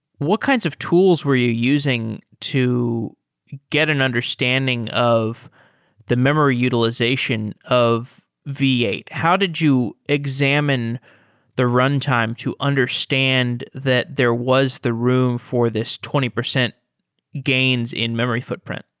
what kinds of tools were you using to get an understanding of the memory utilization of v eight? how did you examine the runtime to understand that there was the room for this twenty percent gains in memory footprint